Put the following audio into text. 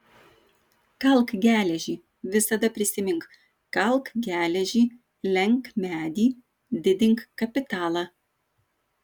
kalk geležį visada prisimink kalk geležį lenk medį didink kapitalą